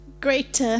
great